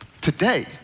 today